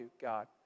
God